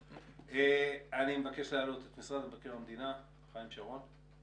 אני מבקש להעלות את משרד מבקר המדינה, חיים שרון.